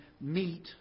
meet